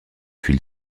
huile